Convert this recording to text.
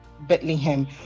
Bethlehem